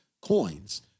coins